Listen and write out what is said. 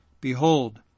Behold